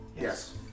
Yes